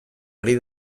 ari